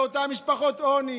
לאותן משפחות עוני